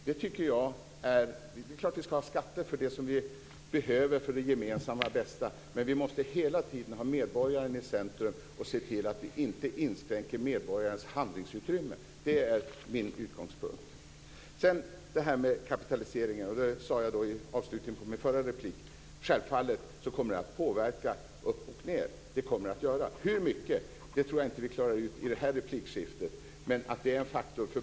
Det är klart att vi ska ha skatter för det som vi behöver för det gemensamma bästa, men vi måste hela tiden ha medborgaren i centrum och se till att vi inte inskränker medborgarens handlingsutrymme. Det är min utgångspunkt. Jag nämnde kapitaliseringen i avslutningen av min förra replik. Självfallet kommer den att påverka det hela upp och ned. Hur mycket tror jag inte vi kan reda ut i det här replikskiftet, men det är en faktor.